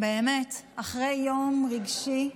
באמת, אחרי יום רגשי.